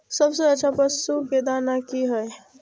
सबसे अच्छा पशु के दाना की हय?